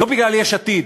לא בגלל יש עתיד,